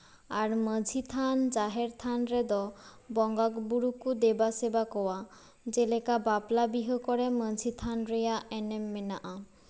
ᱟᱨ ᱢᱟᱹᱡᱷᱤ ᱛᱷᱟᱱ ᱡᱟᱦᱮᱨ ᱛᱷᱟᱱ ᱨᱮᱫᱚ ᱵᱚᱸᱜᱟᱼᱵᱩᱨᱩ ᱠᱚ ᱫᱮᱵᱟ ᱥᱮᱵᱟ ᱠᱚᱣᱟ ᱡᱮᱞᱮᱠᱟ ᱵᱟᱯᱞᱟ ᱵᱤᱦᱟᱹ ᱠᱚᱨᱮ ᱢᱟᱹᱡᱷᱤ ᱛᱷᱟᱱ ᱨᱮᱭᱟᱜ ᱮᱱᱮᱢ ᱢᱮᱱᱟᱜᱼᱟ